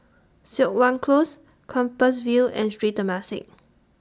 Siok Wan Close Compassvale and Sri Temasek